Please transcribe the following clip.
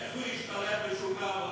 אבל איך הוא ישתלב בשוק העבודה?